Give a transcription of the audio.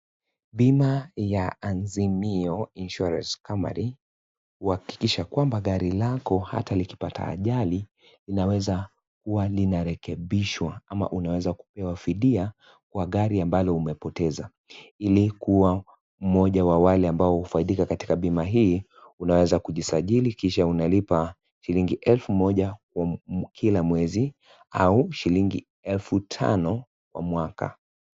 Bima ya Azimio Insurance Company huhakikisha kwamba gari lako hata likipata ajali linaweza huwa linarekebishwa ama unaweza kupewa fidia kwa gari ambalo umepoteza ili kuwa mmoja wa wale ambao hufaidiaka katika bima hii unaweza kujisajili kisha unalipa shilingi elfu moja kwa kila mwezi au shilingi elfu tano kwa mwaka.